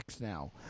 now